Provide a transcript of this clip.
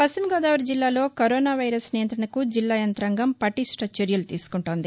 పశ్చిమ గోదావరి జిల్లాలో corona virus నియంతణకు జిల్లా యంతాంగం పటిష్ణ చర్యలు తీసుకుంటోంది